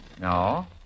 No